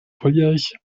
volljährig